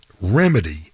Remedy